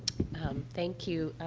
um thank you.